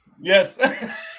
Yes